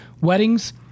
Weddings